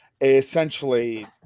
essentially